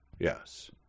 Yes